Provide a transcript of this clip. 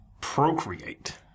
procreate